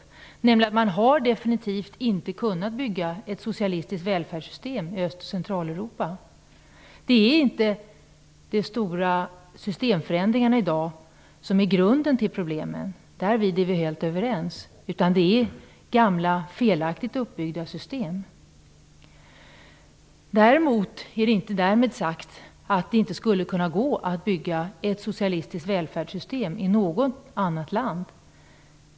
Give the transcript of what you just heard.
Man har definitivt inte kunnat bygga ett socialistiskt välfärdssystem i Öst och Centraleuropa. Det är inte de stora systemförändringarna i dag som är grunden till problemen. Där är vi helt överens. Det är gamla felaktigt uppbyggda system som är orsaken. Därmed inte sagt att det inte skulle kunna gå att bygga ett socialistiskt välfärdssystem i något annat land.